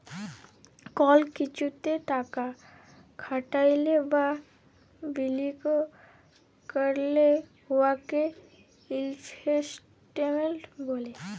call কিছুতে টাকা খাটাইলে বা বিলিয়গ ক্যইরলে উয়াকে ইলভেস্টমেল্ট ব্যলে